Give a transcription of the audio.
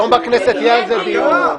היום בכנסת יהיה על זה דיון,